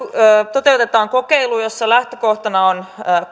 toteutetaan kokeilu jossa lähtökohtana on